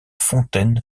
fontaine